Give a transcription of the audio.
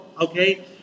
okay